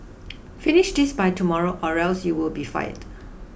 finish this by tomorrow or else you'll be fired